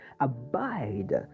abide